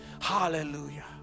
Hallelujah